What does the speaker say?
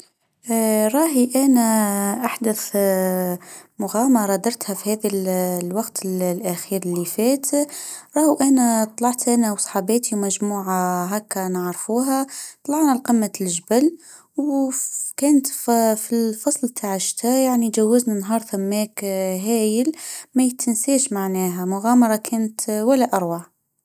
راهي أنا أحدث مغامرة درتها في هذا الوقت الأخير اللي فات. راهو إنا طلعت إنا وصاحباتي ومجموعة هكا نعرفوها طلعنا لقمة لجبل وفكانت في الفصل بتاع الشتاء يعني جوزني نهار سماك هايل ما تنساش معناها مغامره كانت ولا اروع.